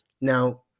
now